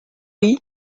est